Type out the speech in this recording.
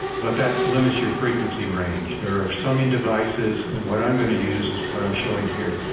but that limits your frequency range. there are summing devices. and what i'm going to use is what i'm showing here.